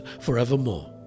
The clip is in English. forevermore